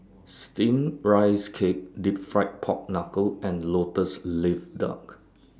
Steamed Rice Cake Deep Fried Pork Knuckle and Lotus Leaf Duck